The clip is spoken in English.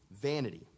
vanity